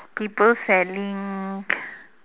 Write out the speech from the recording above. people selling